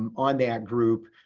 um on that group.